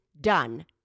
done